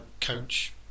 coach